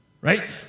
right